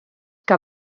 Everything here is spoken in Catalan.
que